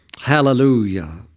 Hallelujah